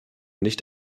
nicht